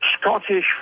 Scottish